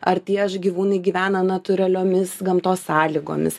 ar tie gyvūnai gyvena natūraliomis gamtos sąlygomis